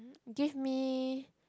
give me